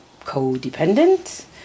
codependent